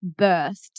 birthed